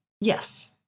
Yes